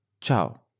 Ciao